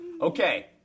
Okay